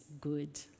good